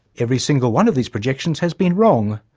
every single one of these projections has been wrong.